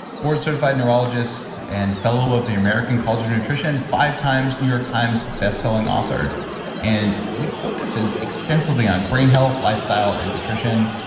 board certified neurologist and fellow of the american college of nutrition, five times new york times bestselling author and he focuses extensively on brain health, lifestyle and nutrition.